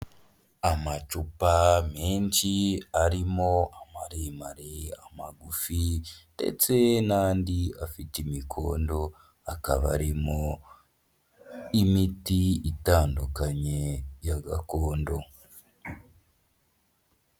Amacupa menshi arimo amaremare, amagufi ndetse n'andi afite imikondo, akaba arimo imiti itandukanye ya gakondo.